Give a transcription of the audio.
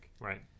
right